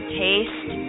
taste